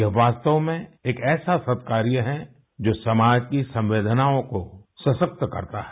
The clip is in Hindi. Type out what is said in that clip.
यह वास्तव में एक ऐसा सत्कार हैं जो समाज की संवदेनाओं को सशक्त करता है